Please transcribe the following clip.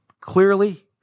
clearly